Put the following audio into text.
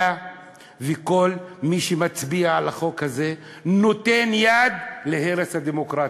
אתה וכל מי שמצביע לחוק הזה נותן יד להרס הדמוקרטיה,